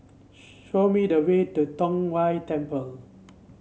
show me the way to Tong Whye Temple